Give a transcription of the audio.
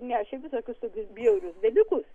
nešė visokius bjaurius dalykus